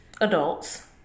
adults